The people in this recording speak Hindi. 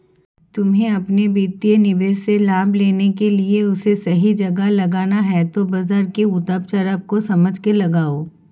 तुम्हे अपने वित्तीय निवेश से लाभ लेने के लिए उसे सही जगह लगाना है तो बाज़ार के उतार चड़ाव को समझकर लगाओ